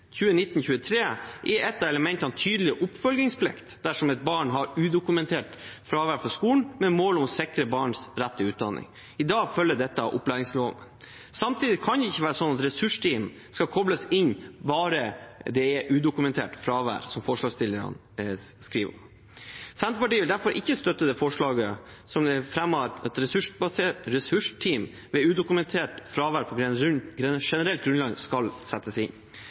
23 er et av elementene tydeligere oppfølgingsplikt dersom et barn har udokumentert fravær fra skolen, med mål om å sikre barns rett til utdanning. I dag følger dette av opplæringsloven. Samtidig kan det ikke være sånn at ressursteam skal kobles inn bare det er udokumentert fravær, som forslagsstillerne skriver. Senterpartiet vil derfor ikke støtte forslaget som er fremmet om at et ressursteam skal settes inn ved udokumentert fravær på